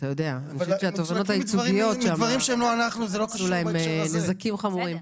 אני חושבת שהתובענות הייצוגיות עשו להם נזקים חמורים.